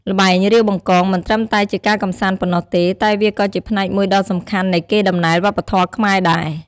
ល្បែង រាវបង្កង មិនត្រឹមតែជាការកម្សាន្តប៉ុណ្ណោះទេ តែវាក៏ជាផ្នែកមួយដ៏សំខាន់នៃកេរដំណែលវប្បធម៌ខ្មែរដែរ។